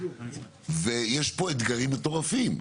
ויש פה אתגרים מטורפים.